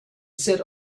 sit